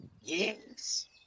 Yes